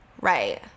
Right